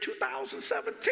2017